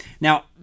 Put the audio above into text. now